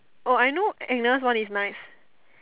oh I know Agnes one is nice